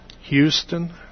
Houston